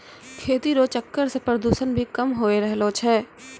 खेती रो चक्कर से प्रदूषण भी कम होय रहलो छै